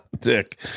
dick